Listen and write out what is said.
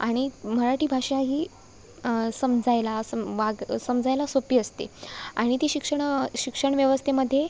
आणि मराठी भाषा ही समजायला सम् वाग् समजायला सोपी असते आणि ती शिक्षण शिक्षण व्यवस्थेमध्ये